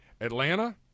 Atlanta